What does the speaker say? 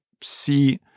see